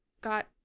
got